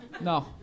No